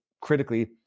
critically